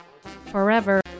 Forever